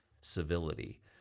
civility